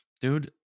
Dude